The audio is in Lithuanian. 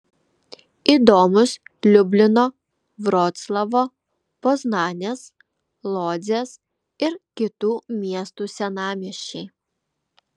įdomūs liublino vroclavo poznanės lodzės ir kitų miestų senamiesčiai